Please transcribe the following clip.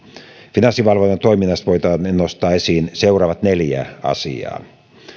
finanssivalvonnan toiminnasta voitaneen nostaa esiin seuraavat neljä asiaa